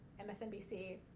MSNBC